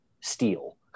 steel